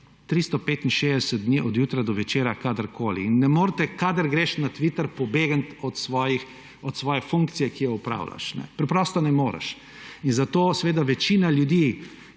365 dni, od jutra do večera, kadarkoli in ne moreš, kadar greš na Twitter, pobegniti od svoje funkcije, ki jo opravljaš. Preprosto ne moreš. Zato seveda večina ljudi,